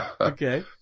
Okay